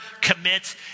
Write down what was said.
commit